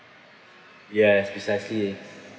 yes precisely